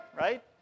right